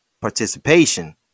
participation